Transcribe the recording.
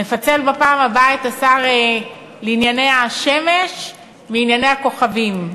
נפצל בפעם הבאה את השר לענייני השמש מענייני הכוכבים,